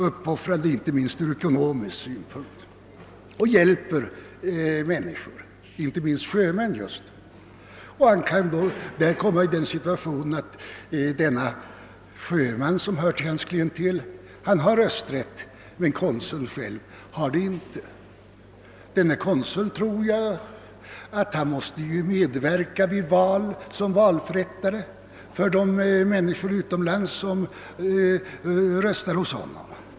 Han hjälper människor, däribland många sjömän. Han kommer då i den situationen att en sjöman, som hör till hans klientel, har rösträtt medan konsuln själv inte har någon rösträtt. Denne konsul måste medverka vid val i egenskap av valförrättare för svenskar, vilka utövar sin rösträtt utomlands.